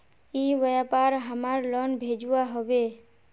ई व्यापार हमार लोन भेजुआ हभे?